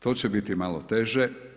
To će biti malo teže.